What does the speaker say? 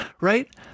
right